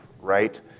right